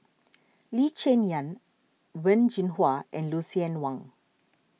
Lee Cheng Yan Wen Jinhua and Lucien Wang